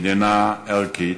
מדינה ערכית,